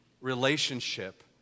relationship